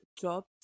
jobs